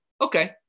Okay